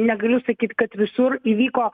negaliu sakyt kad visur įvyko